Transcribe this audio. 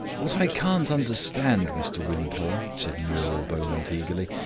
what i can't understand, mr wimpole, said muriel beaumont eagerly,